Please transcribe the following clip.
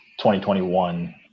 2021